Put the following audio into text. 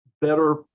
better